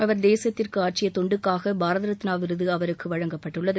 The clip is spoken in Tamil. அவர் தேசத்திற்கு ஆற்றிய தொண்டுக்காக பாரத ரத்னா விருது அவருக்கு வழங்கப்பட்டுள்ளது